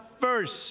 first